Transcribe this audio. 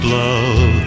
love